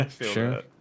sure